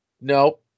no